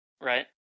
right